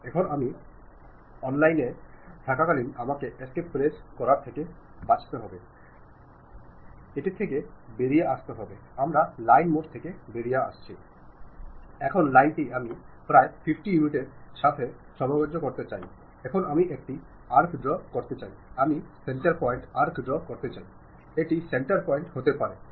ചിലപ്പോൾ വെബ്സൈറ്റ് വഴിയും നിങ്ങളുടെ ഉൽപ്പന്നങ്ങളെക്കുറിച്ച് ആളുകൾക്ക് അറിയാം നിങ്ങളുടെ നയങ്ങളെക്കുറിച്ചും ആളുകൾക്ക് അറിയാം നിങ്ങളുടെ ഓർ ഗനൈസേഷൻ എടുക്കാൻ പോകുന്ന പുതിയ മേജറുകളെക്കുറിച്ചും ആളുകൾക്ക് അറിയാം പക്ഷേ നിങ്ങൾ അങ്ങനെ ചെയ്യുമ്പോൾ നിങ്ങളുടെ ഓർഗനൈസേഷന്റെ ഒരു പോസിറ്റീവ് ഇമേജ് പ്രോത്സാഹിപ്പിക്കുന്നതിന് നിങ്ങൾ എപ്പോഴും ശ്രദ്ധാലുവായിരിക്കണം